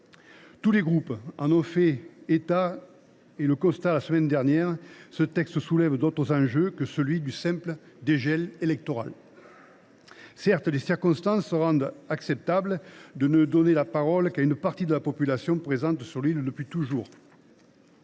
Tous les groupes en ont fait le constat la semaine dernière : les enjeux de ce texte vont bien au delà du simple dégel électoral. Certes, les circonstances rendent acceptable de ne donner la parole qu’à une partie de la population, présente sur l’île depuis toujours.